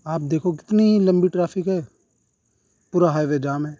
آپ دیکھو کتنی لمبی ٹرافک ہے پورا ہائی وے جام ہے